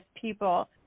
people